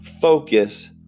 focus